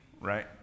right